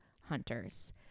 hunters